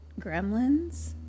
Gremlins